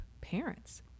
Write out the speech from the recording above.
parents